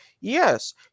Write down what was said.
yes